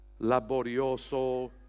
laborioso